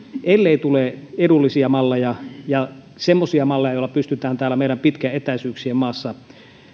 ellei markkinoille tule edullisia malleja ja semmoisia malleja joilla pystytään täällä meidän pitkien etäisyyksien maassa